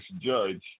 judge